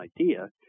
idea